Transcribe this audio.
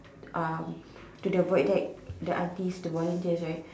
um to the void deck the aunties the volunteers right